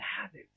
habits